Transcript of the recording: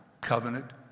covenant